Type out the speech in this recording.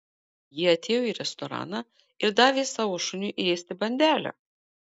ji atėjo į restoraną ir davė savo šuniui ėsti bandelę